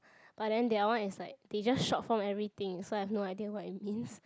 but then that one is like they just short form everything so I've no idea what it means